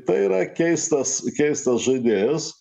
tai yra keistas keistas žaidėjas